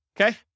Okay